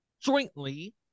jointly